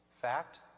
Fact